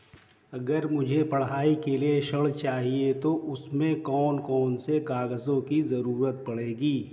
अगर मुझे पढ़ाई के लिए ऋण चाहिए तो उसमें कौन कौन से कागजों की जरूरत पड़ेगी?